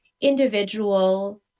individual